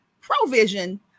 ProVision